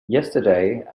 yesterday